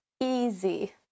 easy